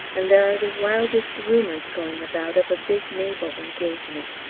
and there are the wildest rumours going about of a big naval engagement,